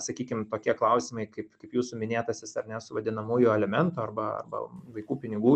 sakykim tokie klausimai kaip kaip jūsų minėtasis ar ne su vadinamųjų alimentų arba arba vaikų pinigų